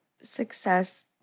success